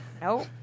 Nope